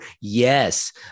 Yes